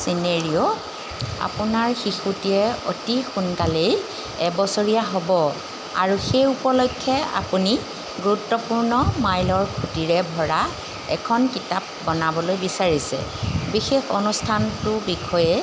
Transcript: scenario আপোনাৰ শিশুটীয়ে অতি সোনকালেই এবছৰীয়া হ'ব আৰু সেই উপলক্ষে আপুনি গুৰুত্বপূৰ্ণ মাইলৰ খুঁটিৰে ভৰা এখন কিতাপ বনাবলৈ বিচাৰিছে বিশেষ অনুষ্ঠানটোৰ বিষয়ে